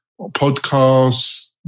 podcasts